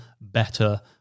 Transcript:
better